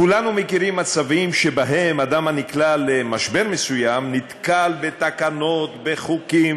כולנו מכירים מצבים שבהם אדם הנקלע למשבר מסוים נתקל בתקנות ובחוקים,